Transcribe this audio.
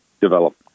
develop